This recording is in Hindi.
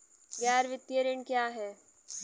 गैर वित्तीय ऋण क्या है?